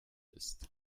ist